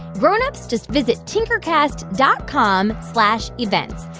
grown-ups, just visit tinkercast dot com slash events.